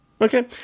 Okay